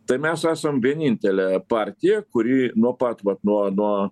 tai mes esam vienintelė partija kuri nuo pat vat nuo nuo